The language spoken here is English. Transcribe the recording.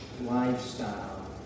lifestyle